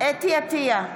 חוה אתי עטייה,